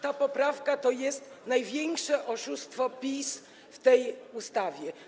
Ta poprawka to jest największe oszustwo PiS w tej ustawie.